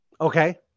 okay